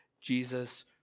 Jesus